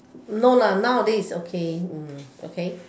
no nowadays it's okay okay mm okay